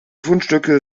fundstücke